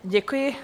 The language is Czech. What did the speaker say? Děkuji.